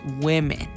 women